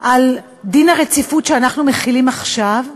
על דין הרציפות שאנחנו מחילים עכשיו,